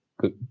good